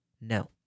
No